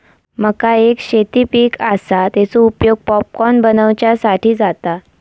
मका एक शेती पीक आसा, तेचो उपयोग पॉपकॉर्न बनवच्यासाठी जाता